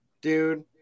Dude